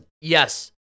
yes